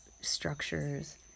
structures